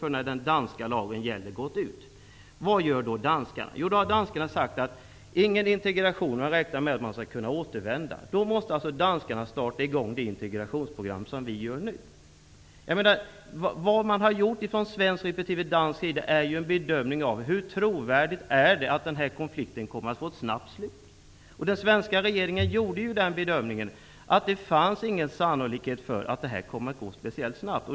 Då har den danska lagens giltighetstid gått ut. Vad gör då danskarna? Danskarna har sagt att flyktingarna inte skall integreras. Man räknar med att de skall kunna återvända. Vi den tidpunkten måste danskarna starta det integrationsprogram som vi i Sverige har satt i gång nu. Man har från svensk respektive dansk sida gjort bedömningar av hur troligt det är att konflikten kommer att få ett snabbt slut. Den svenska regeringen gjorde bedömningen att det inte är sannolikt att konflikten kommer att ta slut speciellt snabbt.